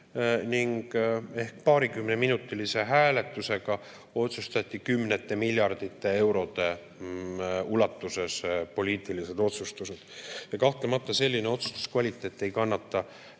ning ehk paarikümneminutilise hääletusega otsustati kümnete miljardite eurode ulatuses poliitilised otsustused. Kahtlemata selline otsustuskvaliteet ei kannata